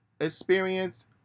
experience